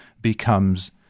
becomes